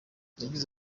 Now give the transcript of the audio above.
yagize